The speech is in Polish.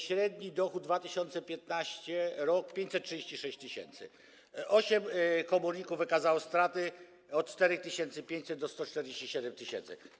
Średni dochód w 2015 r. 536 tys., 8 komorników wykazało straty w kwotach od 4500 do 147 tys.